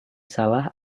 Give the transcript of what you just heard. salah